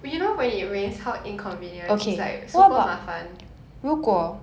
you know when it rains how inconvenient it's like super 麻烦